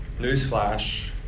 Newsflash